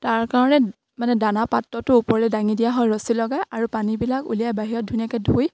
তাৰ কাৰণে মানে দানা পাত্ৰটো ওপৰে দাঙি দিয়া হয় ৰছী লগাই আৰু পানীবিলাক উলিয়াই বাহিৰত ধুনীয়াকে ধুই